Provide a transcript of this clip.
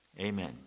amen